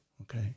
Okay